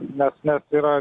nes nes yra